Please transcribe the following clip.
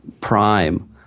prime